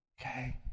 Okay